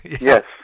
yes